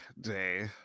day